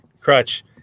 crutch